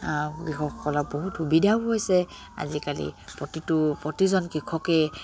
কৃষকসকলক বহুত সুবিধাও হৈছে আজিকালি প্ৰতিটো প্ৰতিজন কৃষকে